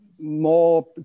more